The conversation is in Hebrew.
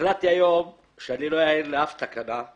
החלטתי היום שאני לא אעיר לאף תקנה.